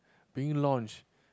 being launch